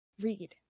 read